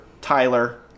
Tyler